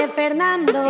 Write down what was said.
Fernando